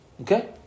Okay